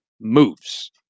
moves